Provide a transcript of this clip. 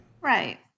right